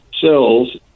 cells